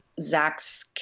Zach's